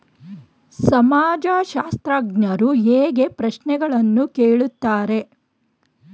ಸಮಾಜಶಾಸ್ತ್ರಜ್ಞರು ಹೇಗೆ ಪ್ರಶ್ನೆಗಳನ್ನು ಕೇಳುತ್ತಾರೆ?